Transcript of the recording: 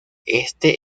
este